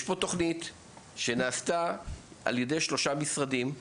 יש פה תוכנית שנעשה על ידי שלושה משרדים.